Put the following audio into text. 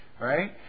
right